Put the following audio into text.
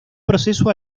proceso